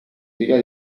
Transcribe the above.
teoria